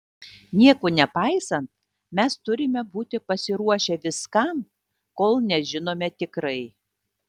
nieko nepaisant mes turime būti pasiruošę viskam kol nežinome tikrai